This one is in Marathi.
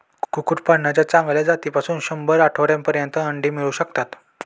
कुक्कुटपालनाच्या चांगल्या जातीपासून शंभर आठवड्यांपर्यंत अंडी मिळू शकतात